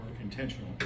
intentional